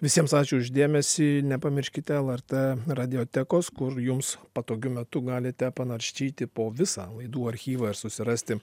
visiems ačiū už dėmesį nepamirškite lrt radiotekos kur jums patogiu metu galite panaršyti po visą laidų archyvą ir susirasti